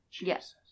Yes